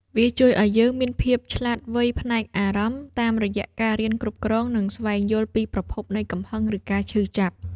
វាជួយឱ្យយើងមានភាពឆ្លាតវៃផ្នែកអារម្មណ៍ តាមរយៈការរៀនគ្រប់គ្រង និងស្វែងយល់ពីប្រភពនៃកំហឹង ឬការឈឺចាប់។